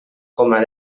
coma